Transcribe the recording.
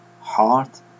heart